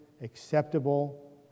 acceptable